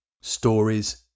Stories